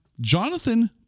Jonathan